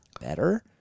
better